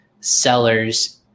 sellers